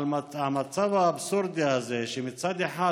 על המצב האבסורדי הזה, שמצד אחד